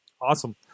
awesome